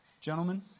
Gentlemen